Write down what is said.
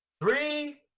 Three